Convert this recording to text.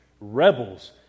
rebels